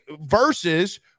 versus